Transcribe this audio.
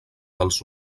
dels